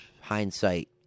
hindsight